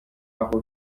aho